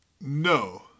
No